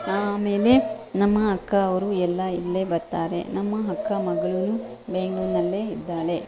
ನಾನು ಆಮೇಲೆ ನಮ್ಮ ಅಕ್ಕ ಅವ್ರು ಎಲ್ಲ ಇಲ್ಲೇ ಬರ್ತಾರೆ ಅಕ್ಕ ಮಗಳೂ ಬೆಂಗಳೂರಿನಲ್ಲೆ ಇದ್ದಾಳೆ